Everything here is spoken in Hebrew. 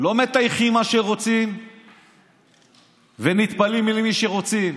לא מטייחים מה שרוצים ונטפלים אל מי שרוצים,